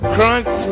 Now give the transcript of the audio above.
Crunch